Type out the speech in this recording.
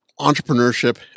entrepreneurship